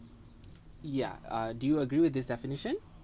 yeah uh do you agree with this definition